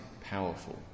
powerful